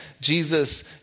Jesus